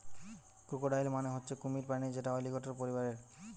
crocodile মানে হচ্ছে কুমির প্রাণী যেটা অলিগেটের পরিবারের